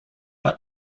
but